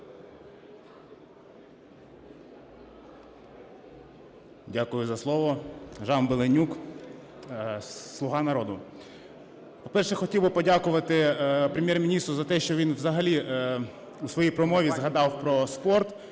Дякую за слово. Жан Беленюк, "Слуга народу". По-перше, хотів би подякувати Прем'єр-міністру за те, що він взагалі у своїй промові згадав про спорт,